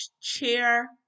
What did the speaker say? chair